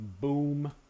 Boom